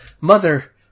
Mother